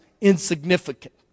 insignificant